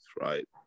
right